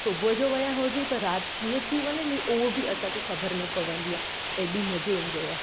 सुबुह जो विया हुजूं त राति कीअं थी वञंदी आहे त उहा बि असांखे ख़बर न पवंदी आहे हेॾी मज़ो ईंदो आहे